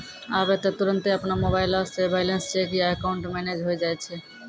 आबै त तुरन्ते अपनो मोबाइलो से बैलेंस चेक या अकाउंट मैनेज होय जाय छै